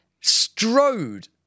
strode